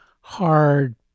hard